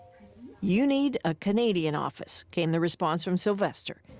you need a canadian office, came the response from sylvester.